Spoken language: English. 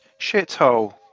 shithole